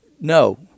no